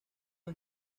los